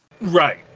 Right